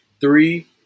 three